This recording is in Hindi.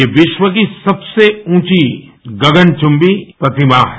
ये विश्व की सबसे ऊंची गगनवुम्बी प्रतिमा है